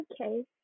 okay